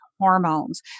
hormones